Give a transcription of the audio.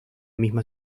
misma